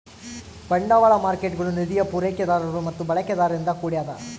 ಬಂಡವಾಳ ಮಾರ್ಕೇಟ್ಗುಳು ನಿಧಿಯ ಪೂರೈಕೆದಾರರು ಮತ್ತು ಬಳಕೆದಾರರಿಂದ ಕೂಡ್ಯದ